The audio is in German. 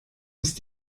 ist